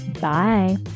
Bye